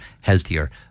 healthier